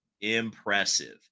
impressive